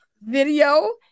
video